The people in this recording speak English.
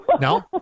No